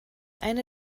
eine